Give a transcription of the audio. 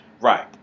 Right